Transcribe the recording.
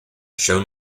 shown